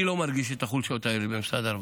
אני לא מרגיש את החולשות האלה במשרד הרווחה.